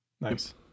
Nice